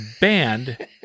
banned